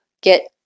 get